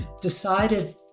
decided